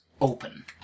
open